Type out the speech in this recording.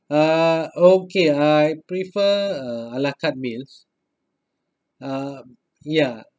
uh okay I prefer uh ala carte meals uh ya